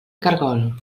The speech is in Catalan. caragol